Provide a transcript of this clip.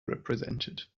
represented